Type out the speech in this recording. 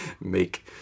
make